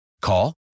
Call